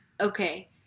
okay